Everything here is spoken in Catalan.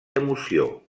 emoció